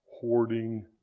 Hoarding